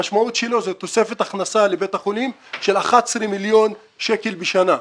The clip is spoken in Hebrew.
המשמעות של זה זאת תוספת הכנסה לבית החולים של 11 מיליון שקלים בשנה.